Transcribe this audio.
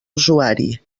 usuari